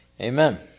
Amen